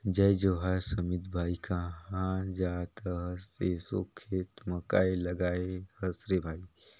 जय जोहार समीत भाई, काँहा जात अहस एसो खेत म काय लगाय हस रे भई?